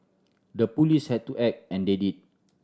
the police had to act and they did